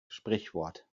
sprichwort